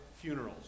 funerals